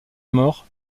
mort